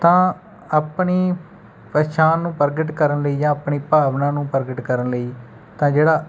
ਤਾਂ ਆਪਣੀ ਪਹਿਚਾਣ ਨੂੰ ਪ੍ਰਗਟ ਕਰਨ ਲਈ ਜਾਂ ਆਪਣੀ ਭਾਵਨਾ ਨੂੰ ਪ੍ਰਗਟ ਕਰਨ ਲਈ ਤਾਂ ਜਿਹੜਾ